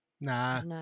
Nah